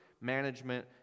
management